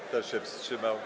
Kto się wstrzymał?